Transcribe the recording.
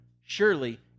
Surely